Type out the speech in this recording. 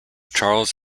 charles